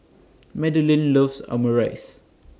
Madeline loves Omurice